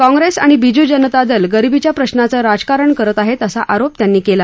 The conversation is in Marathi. काँग्रेस आणि बिजू जनता दल गरिबीच्या प्रश्नाचं राजकारण करत आहेत असा आरोप त्यांनी केला